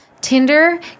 Tinder